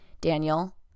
Daniel